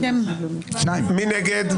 מי נגד?